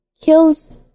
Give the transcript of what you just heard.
kills